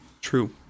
true